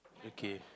okay